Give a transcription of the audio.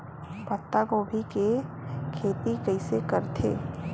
पत्तागोभी के खेती कइसे करथे?